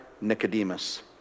Nicodemus